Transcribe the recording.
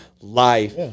life